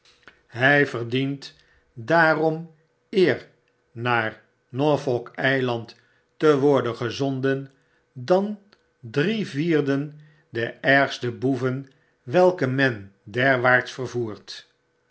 hij verdient daarom eer naar norfolk eiland te worden gezonden dan drie vierden der ergste boeven welke men derwaarts vervoert